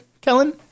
Kellen